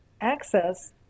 access